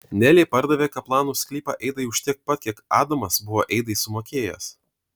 nelė pardavė kaplanų sklypą eidai už tiek pat kiek adamas buvo eidai sumokėjęs